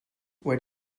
where